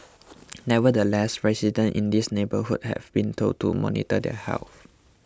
nevertheless residents in his neighbourhood have been told to monitor their health